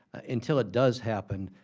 until it does happen,